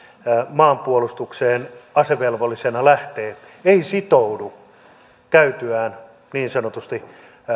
maanpuolustukseen asevelvollisena lähtee ei sitoudu tähän käytyään niin sanotusti